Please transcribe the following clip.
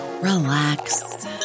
relax